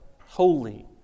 holy